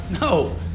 No